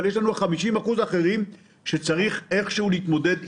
אבל לצידו יש גם 50% אחרים שגם איתם צריך איכשהו להתמודד.